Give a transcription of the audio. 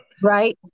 Right